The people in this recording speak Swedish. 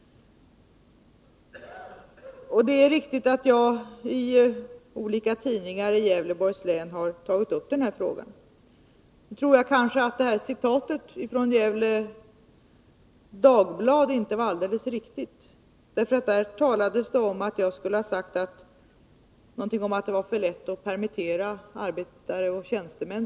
Det är riktigt att jag i olika tidningar i Gävleborgs län har tagit upp denna fråga. Jag tror dock att citatet från Gefle Dagblad inte var alldeles riktigt. Enligt det skulle jag ha sagt att det som läget nu är var för lätt att permittera arbetare och tjänstemän.